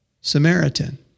Samaritan